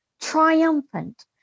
triumphant